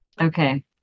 Okay